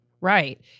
Right